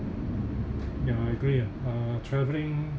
ya I agree ah uh travelling